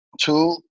two